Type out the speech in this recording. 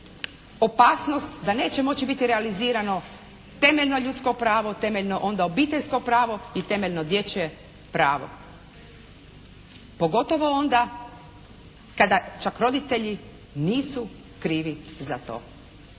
opasnost da neće moći biti realizirano temeljno ljudsko pravo, temeljno onda obiteljsko pravo i temeljno dječje pravo, pogotovo onda kada čak roditelji nisu krivi za to.